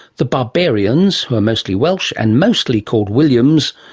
the barbarians, who are mostly welsh and mostly called williams,